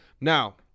Now